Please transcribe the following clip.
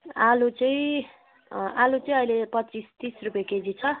आलु चाहिँ आलु चाहिँ अहिले पच्चिस तिस रुपियाँ केजी छ